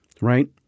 Right